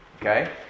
Okay